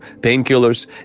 painkillers